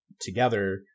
together